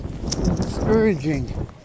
discouraging